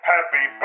Happy